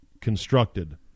constructed